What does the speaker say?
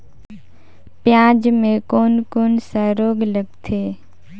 पियाज मे कोन कोन सा रोग लगथे?